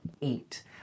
eat